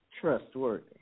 trustworthy